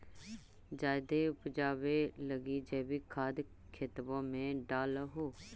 जायदे उपजाबे लगी जैवीक खाद खेतबा मे डाल हो?